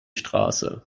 straße